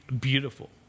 beautiful